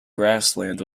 grassland